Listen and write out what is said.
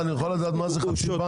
מה זה חצי בנק?